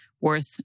Worth